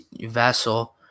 vessel